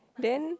then